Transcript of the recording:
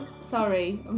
Sorry